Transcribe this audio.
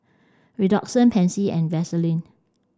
Redoxon Pansy and Vaselin